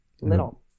little